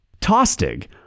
Tostig